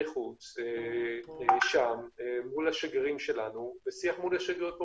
חוץ שם מול השגרירים שלנו ושיח מול השגרירויות פה,